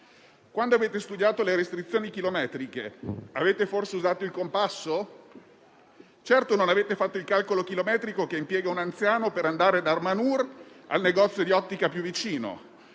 Quando avete studiato le restrizioni chilometriche, avete forse usato il compasso? Certo non avete fatto il calcolo chilometrico che impiegano un anziano per andare da Armanur al negozio di ottica più vicino,